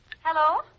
Hello